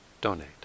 donate